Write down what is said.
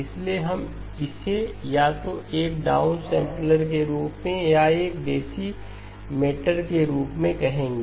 इसलिए हम इसे या तो एक डाउन सैंपलर के रूप में या एक डेसीमेंटर के रूप में कहेंगे